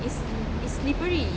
is is slippery